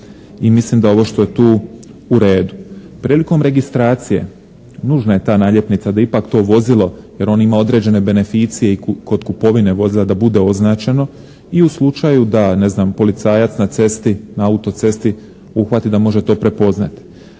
i mislim da ovo što je tu u redu. Prilikom registracije nužna je ta naljepnica da ipak to vozilo jer on ima određene beneficije i kod kupovine vozila da bude označeno i u slučaju da ne znam policajac na cesti, na autocesti uhvati da može to prepoznati,